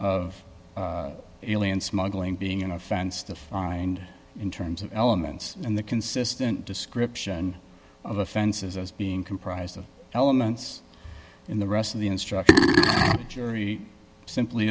of alien smuggling being an offense to find in terms of elements and the consistent description of offenses as being comprised of elements in the rest of the instruction jury simply